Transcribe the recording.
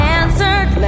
answered